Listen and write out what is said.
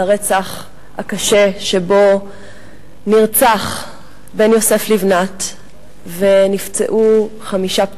על הפיגוע הקשה שבו נרצח בן יוסף לבנת ונפצעו חמישה.